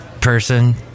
person